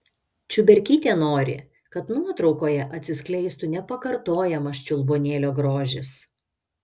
čiuberkytė nori kad nuotraukoje atsiskleistų nepakartojamas čiulbuonėlio grožis